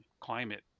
climate